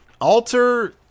alter